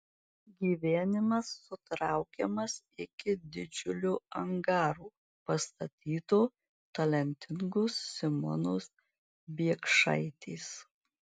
gyvenimas sutraukiamas iki didžiulio angaro pastatyto talentingos simonos biekšaitės